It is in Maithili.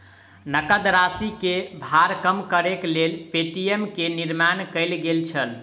नकद राशि के भार कम करैक लेल पे.टी.एम के निर्माण कयल गेल छल